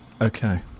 Okay